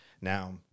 now